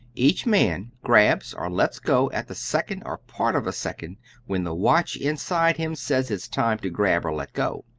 each man grabs or lets go at the second or part of a second when the watch inside him says it's time to grab or let go.